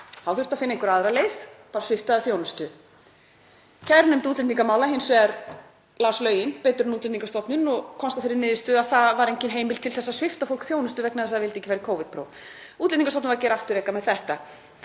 Þá þurfti að finna einhverja aðra leið sem var að svipta það þjónustu. Kærunefnd útlendingamála las hins vegar lögin betur en Útlendingastofnun og komst að þeirri niðurstöðu að það væri engin heimild til að svipta fólk þjónustu vegna þess að það vildi ekki fara í Covid-próf. Útlendingastofnun var gerð afturreka með þetta.